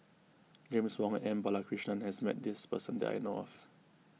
James Wong and M Balakrishnan has met this person that I know of